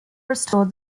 restored